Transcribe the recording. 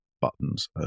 buttons